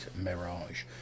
mirage